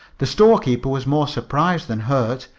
the storekeeper was more surprised than hurt,